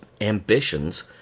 ambitions